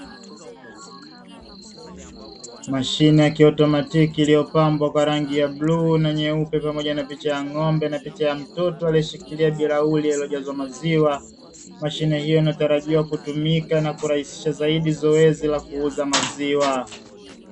Mashine ya kiautomatiki iliyopambwa kwa rangi ya bluu na nyeupe pamoja na picha ya ng'ombe na picha ya mtoto aliyeshikilia bilauri lililojazwa maziwa. Mashine hiyo inatarajiwa kutumika na kurahisisha zaidi zoezi la kuuza maziwa.